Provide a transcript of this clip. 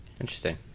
Interesting